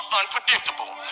unpredictable